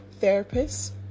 therapists